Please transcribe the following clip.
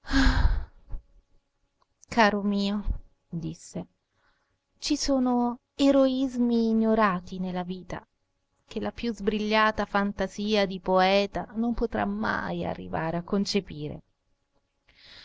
caro mio disse ci sono eroismi ignorati nella vita che la più sbrigliata fantasia di poeta non potrà mai arrivare a concepire